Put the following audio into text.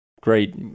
great